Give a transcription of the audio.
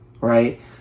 right